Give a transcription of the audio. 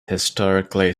historically